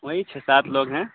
وہی چھ سات لوگ ہیں